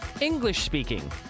English-speaking